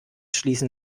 schließen